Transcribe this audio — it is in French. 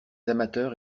amateurs